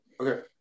okay